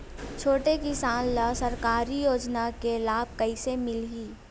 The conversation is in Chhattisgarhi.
छोटे किसान ला सरकारी योजना के लाभ कइसे मिलही?